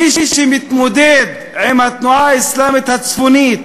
מי שמתמודד עם התנועה האסלאמית הצפונית